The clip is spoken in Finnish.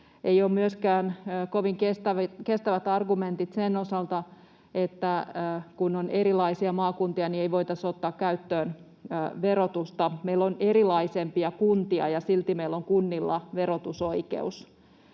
ole myöskään kovin kestäviä sen osalta, että kun on erilaisia maakuntia, niin ei voitaisi ottaa käyttöön verotusta: meillä on vielä erilaisempia kuntia, ja silti meillä on kunnilla verotusoikeus.